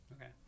okay